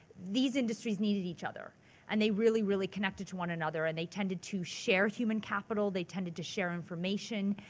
these industries needed each other and they really, really connected to one another and they tended to share human capital, they tended to share information,